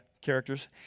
characters